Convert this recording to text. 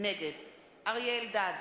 נגד אריה אלדד,